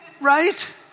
Right